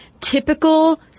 typical